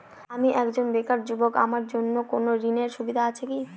আমি একজন বেকার যুবক আমার জন্য কোন ঋণের সুবিধা আছে কি?